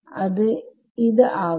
അത് ആകും